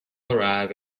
arrive